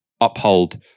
uphold